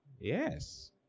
Yes